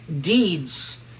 deeds